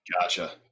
Gotcha